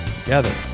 together